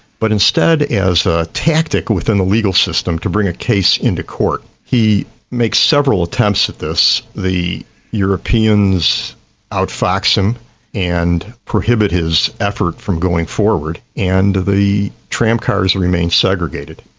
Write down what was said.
but instead as a tactic within the legal system to bring a case into court. he makes several attempts at this. the europeans outfox him and prohibit his effort from going forward, and the tramcars remain segregated.